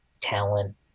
talent